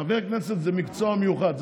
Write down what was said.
חבר כנסת זה מקצוע מיוחד,